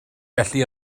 felly